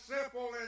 simple